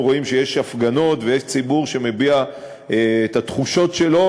רואים שיש הפגנות ויש ציבור שמביע את התחושות שלו,